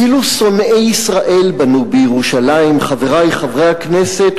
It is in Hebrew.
אפילו שונאי ישראל בנו בירושלים, חברי חברי הכנסת.